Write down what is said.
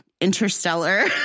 Interstellar